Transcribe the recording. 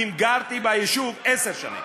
אם גרתי ביישוב עשר שנים.